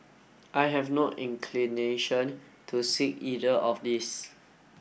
I have not inclination to seek either of these